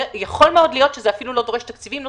יכול מאוד להיות שזה אפילו לא דורש תקציבים נוספים,